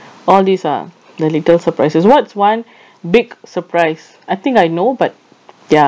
all these are the little surprises what's one big surprise I think I know but ya